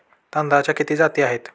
तांदळाच्या किती जाती आहेत?